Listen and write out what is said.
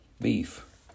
beef